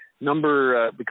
Number